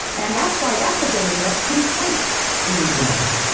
and that's why that's a domain that's pretty tight in new zealand.